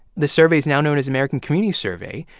the survey now known as american community survey,